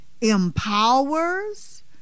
empowers